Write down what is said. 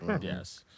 yes